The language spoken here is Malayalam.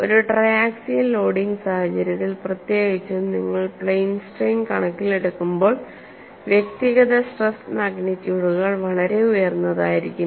ഒരു ട്രയാക്സിയൽ ലോഡിംഗ് സാഹചര്യത്തിൽ പ്രത്യേകിച്ചും നിങ്ങൾ പ്ലെയ്ൻ സ്ട്രെയിൻ കണക്കിലെടുക്കുമ്പോൾ വ്യക്തിഗത സ്ട്രെസ് മാഗ്നിറ്റ്യൂഡുകൾ വളരെ ഉയർന്നതായിരിക്കും